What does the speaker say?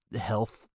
health